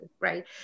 Right